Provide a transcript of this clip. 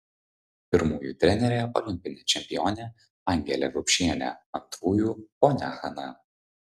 pirmųjų trenerė olimpinė čempionė angelė rupšienė antrųjų ponia hana